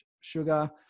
sugar